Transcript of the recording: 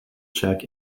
check